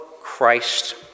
Christ